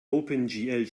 opengl